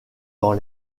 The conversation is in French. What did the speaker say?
dans